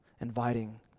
inviting